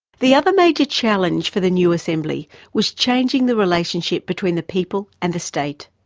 the other major challenge for the new assembly was changing the relationship between the people and the state.